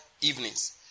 evenings